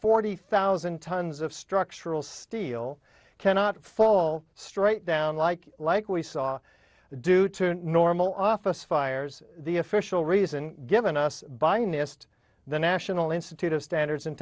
forty thousand tons of structural steel cannot fall straight down like like we saw due to normal office fires the official reason given us by nist the national institute of standards and